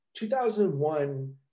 2001